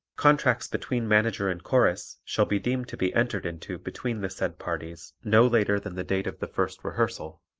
contracts between manager and chorus shall be deemed to be entered into between the said parties no later than the date of the first rehearsal,